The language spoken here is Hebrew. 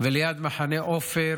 וליד מחנה עופר